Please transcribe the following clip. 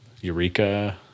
eureka